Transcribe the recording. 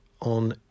on